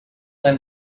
them